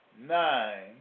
nine